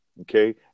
okay